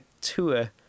tour